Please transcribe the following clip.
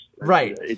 right